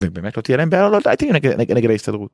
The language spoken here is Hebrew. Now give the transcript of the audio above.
זה באמת לא תהיה להם בעיה, אל תהיה נגד ההסתדרות.